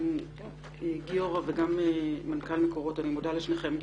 גיורא ומנכ"ל מקורות, אני מודה לשניכם.